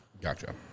Gotcha